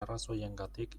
arrazoiengatik